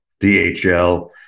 DHL